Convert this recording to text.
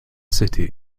city